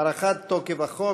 (הארכת תוקף החוק),